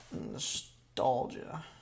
Nostalgia